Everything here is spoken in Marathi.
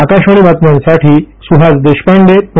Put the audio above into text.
आकाशवाणी बातम्यांसाठी सूहास देशपांडे पूणे